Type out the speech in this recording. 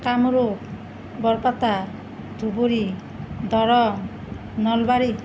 Kamrup Barpeta Dhubri Darrang Nalbari